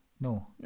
No